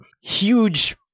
Huge